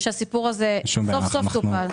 שהסיפור הזה סוף-סוף טופל.